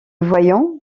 voyant